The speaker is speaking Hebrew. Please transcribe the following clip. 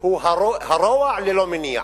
הוא הרוע ללא מניע,